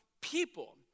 people